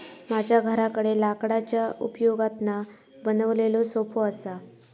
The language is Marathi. माझ्या घराकडे लाकडाच्या उपयोगातना बनवलेलो सोफो असा